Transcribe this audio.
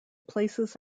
places